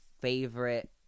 favorite